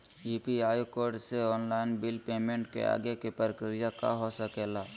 UPI code से online bill payment के आगे के प्रक्रिया का हो सके ला?